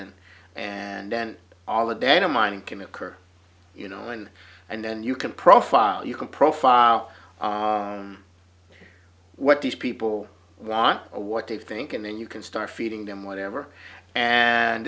and all the data mining can occur you know and and then you can profile you can profile what these people want a what they think and then you can start feeding them whatever and